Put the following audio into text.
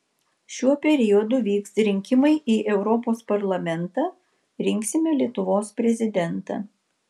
šiuo periodu vyks rinkimai į europos parlamentą rinksime lietuvos prezidentą